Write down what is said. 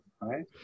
right